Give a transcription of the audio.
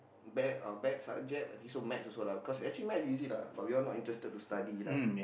bear or bad subject but this one maths also lah cause actually maths easy lah but we all not interested to study lah